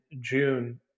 June